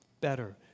better